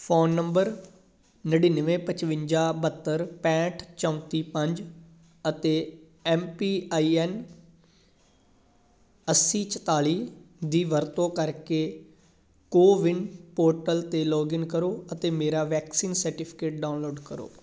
phone number ਨੜਿਨਵੇਂ ਪਚਵੰਜਾ ਬਹੱਤਰ ਪੈਂਹਠ ਚੌਂਤੀ ਪੰਜ ਅਤੇ ਐੱਮ ਪੀ ਆਈ ਐੱਨ ਅੱਸੀ ਚੁਤਾਲੀ ਦੀ ਵਰਤੋਂ ਕਰਕੇ ਕੋਵਿਨ ਪੋਰਟਲ 'ਤੇ ਲੌਗਇਨ ਕਰੋ ਅਤੇ ਮੇਰਾ ਵੈਕਸੀਨ ਸਰਟੀਫਿਕੇਟ ਡਾਊਨਲੋਡ ਕਰੋ